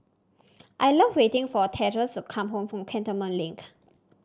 I love waiting for Theodis to come home from Cantonment Lint